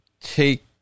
take